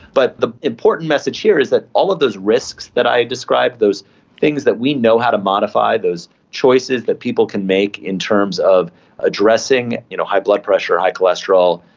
but the important message here is all of those risks that i described, those things that we know how to modify, those choices that people can make in terms of addressing you know high blood pressure, high cholesterol,